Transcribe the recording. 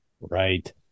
Right